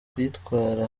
kuyitwara